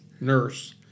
Nurse